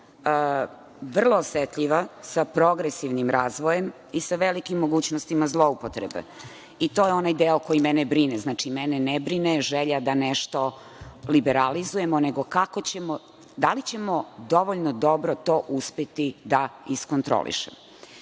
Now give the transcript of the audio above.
vrlo osetljiva, sa progresivnim razvojem i sa velikim mogućnostima zloupotrebe. To je onaj deo koji mene brine. Znači, mene ne brine želja da nešto liberalizujemo, nego kako ćemo i da li ćemo dovoljno dobro to uspeti da iskontrolišemo. Ono